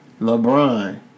LeBron